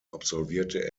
absolvierte